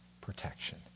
protection